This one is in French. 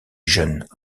jeunes